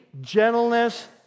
gentleness